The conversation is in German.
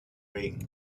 ring